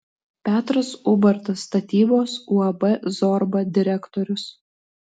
petras ubartas statybos uab zorba direktorius